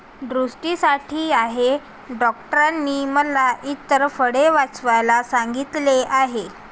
दृष्टीसाठी आहे डॉक्टरांनी मला इतर फळे वाचवायला सांगितले आहे